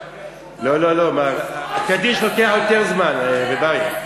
לא לא לא, מה, הקדיש לוקח יותר זמן, ר' אריה.